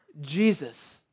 Jesus